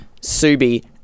Subi